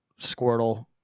Squirtle